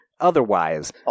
otherwise